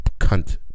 cunt